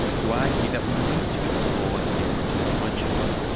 to argue that we need to explore different approaches.